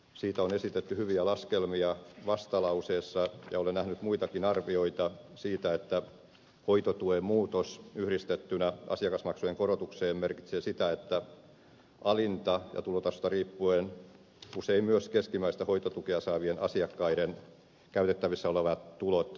siitä on esitetty hyviä laskelmia vastalauseessa ja olen nähnyt muitakin arvioita siitä että hoitotuen muutos yhdistettynä asiakasmaksujen korotukseen merkitsee sitä että alinta ja tulotasosta riippuen usein myös keskimmäistä hoitotukea saavien asiakkaiden käytettävissä olevat tulot alenevat